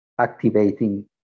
activating